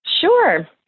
Sure